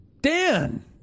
Dan